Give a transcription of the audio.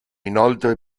inoltre